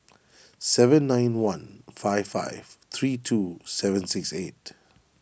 seven nine one five five three two seven six eight